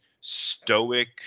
stoic